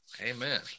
amen